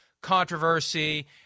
controversy